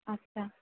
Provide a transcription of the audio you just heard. আচ্ছা